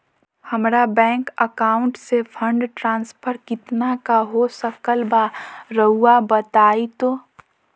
हमरा bank account से fund transfer कितना का हो सकल बा रुआ बताई तो?